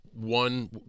One